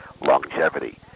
longevity